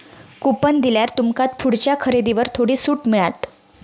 coupon दिल्यार तुमका पुढच्या खरेदीवर थोडी सूट मिळात